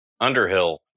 Underhill